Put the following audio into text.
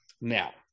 Now